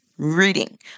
Reading